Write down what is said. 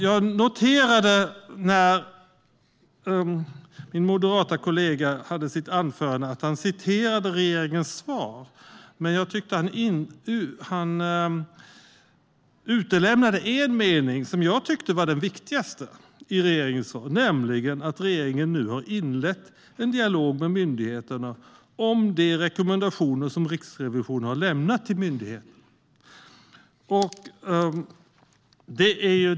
Jag noterade i min moderata kollegas anförande att han citerade regeringens svar, men han utelämnade en mening som jag tyckte var den viktigaste, nämligen att regeringen har inlett en dialog med myndigheterna om de rekommendationer som Riksrevisionen har lämnat till myndigheterna.